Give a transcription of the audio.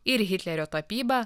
ir hitlerio tapyba